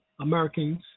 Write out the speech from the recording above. Americans